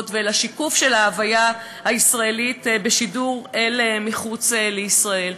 ואל השיקוף של ההוויה הישראלית בשידור אל מחוץ לישראל.